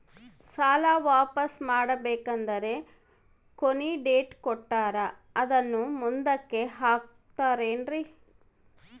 ಸಾಲ ವಾಪಾಸ್ಸು ಮಾಡಬೇಕಂದರೆ ಕೊನಿ ಡೇಟ್ ಕೊಟ್ಟಾರ ಅದನ್ನು ಮುಂದುಕ್ಕ ಹಾಕುತ್ತಾರೇನ್ರಿ?